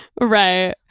Right